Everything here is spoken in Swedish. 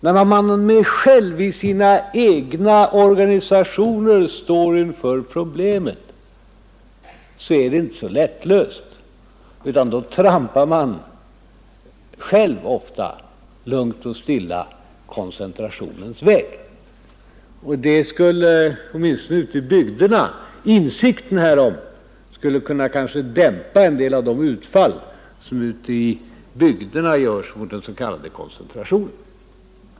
När man i sina egna organisationer står inför problemet är det inte så lättlöst, utan då trampar man ofta själva lugnt och stilla koncentrationens väg. Insikten härom skulle kanske kunna dämpa en del av de utfall som görs ute i bygderna, från centerns sida, mot den s.k. koncentrationen.